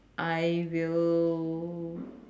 I will